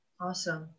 Awesome